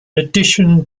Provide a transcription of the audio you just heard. addition